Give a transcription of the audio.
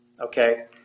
Okay